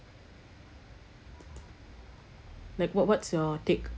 like what what's your take